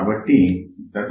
కాబట్టి Zout50 1